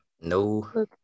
No